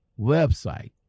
website